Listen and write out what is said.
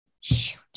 shoot